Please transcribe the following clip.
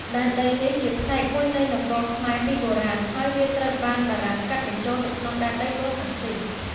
ដែនដីនេះជាផ្នែកមួយនៃនគរខ្មែរពីបុរាណ ហើយវាត្រូវបានបារាំងកាត់បញ្ចូលទៅក្នុងដែនដីកូសាំងស៊ីន។